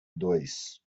dois